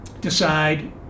decide